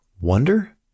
wonder